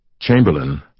Chamberlain